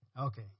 Okay